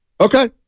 Okay